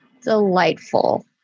delightful